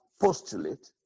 postulate